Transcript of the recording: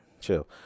Chill